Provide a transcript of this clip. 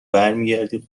برمیگردی